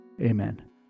Amen